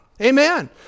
Amen